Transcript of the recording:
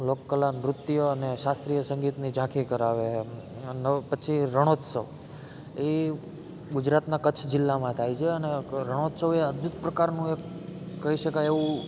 લોક કલા નૃત્ય અને શાસ્ત્રીય સંગીતની ઝાંખી કરાવે છે ને પછી રણોત્સવ એ ગુજરાતનાં કચ્છ જિલ્લામાં થાય છે અને એક રણોત્સવ એ અદભૂત પ્રકારનું એક કહી શકાય એવું